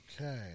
Okay